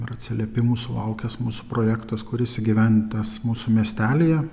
ir atsiliepimų sulaukęs mūsų projektas kuris įgyvendintas mūsų miestelyje